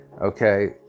okay